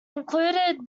included